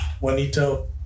Juanito